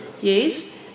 Yes